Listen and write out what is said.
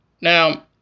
Now